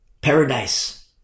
paradise